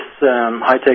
high-tech